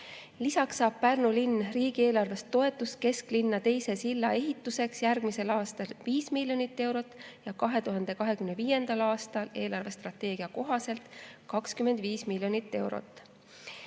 Lisaks saab Pärnu linn riigieelarvest toetust kesklinna teise silla ehituseks järgmisel aastal 5 miljonit eurot ja 2025. aastal eelarvestrateegia kohaselt 25 miljonit